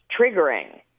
triggering